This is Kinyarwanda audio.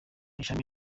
ishami